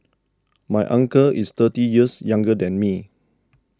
my uncle is thirty years younger than me